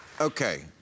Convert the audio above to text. Okay